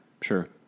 Sure